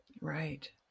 Right